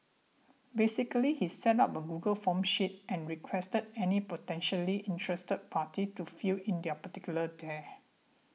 basically he set up a Google Forms sheet and requested any potentially interested parties to fill in their particulars there